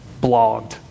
blogged